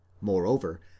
Moreover